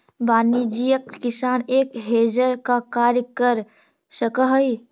वाणिज्यिक किसान एक हेजर का कार्य कर सकअ हई